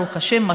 ברוך השם,